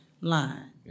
line